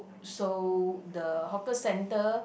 so the hawker centre